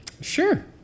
Sure